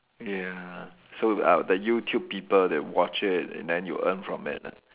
ya so uh the YouTube people they watch it and then you earn from it ah